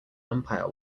umpire